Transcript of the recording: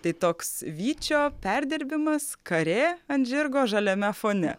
tai toks vyčio perdirbimas karė ant žirgo žaliame fone